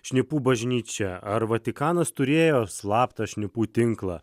šnipų bažnyčia ar vatikanas turėjo slaptą šnipų tinklą